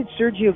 Sergio